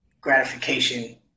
gratification